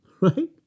Right